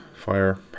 fire